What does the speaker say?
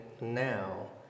now